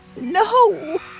No